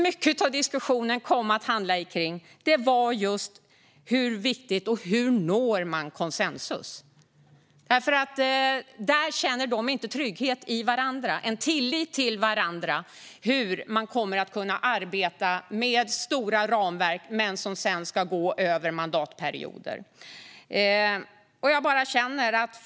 Mycket av diskussionen kom dock att handla om hur man når konsensus. Där känner de inte tillräcklig trygghet och tillit till varandra för att få stora ramverk att sträcka sig över flera mandatperioder.